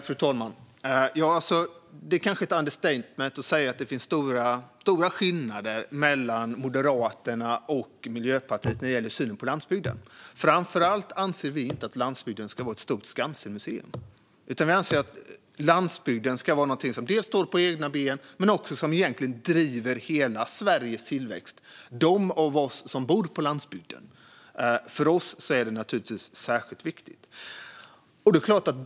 Fru talman! Det är kanske ett understatement att säga att det finns stora skillnader mellan Moderaterna och Miljöpartiet i synen på landsbygden. Framför allt anser vi inte att landsbygden ska vara ett stort Skansenmuseum, utan vi anser att landsbygden ska stå på egna ben och också driva hela Sveriges tillväxt. För oss som bor på landsbygden är detta givetvis särskilt viktigt.